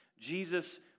Jesus